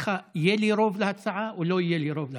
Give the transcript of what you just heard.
לדעתך יהיה לי רוב להצעה או לא יהיה לי רוב להצעה?